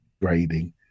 grading